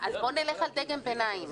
אז בואו נלך על דגם ביניים.